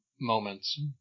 moments